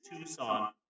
Tucson